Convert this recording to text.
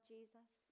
Jesus